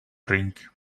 drink